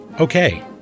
Okay